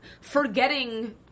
forgetting